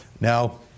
Now